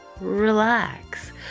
relax